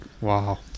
Wow